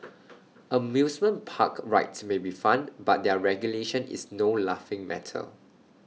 amusement park rides may be fun but their regulation is no laughing matter